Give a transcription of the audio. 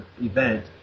event